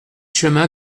chemin